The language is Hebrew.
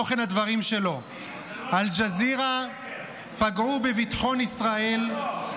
תוכן הדברים שלו: אל-ג'זירה פגעו בביטחון ישראל,